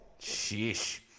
Sheesh